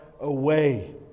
away